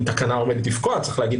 לוועדה.